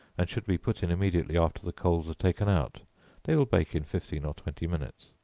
and should be put in immediately after the coals are taken out they will bake in fifteen or twenty minutes.